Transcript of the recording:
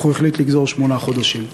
אך הוא החליט לגזור שמונה חודשים.